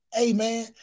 amen